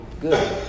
good